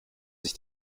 sich